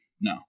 No